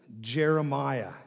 Jeremiah